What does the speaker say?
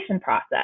process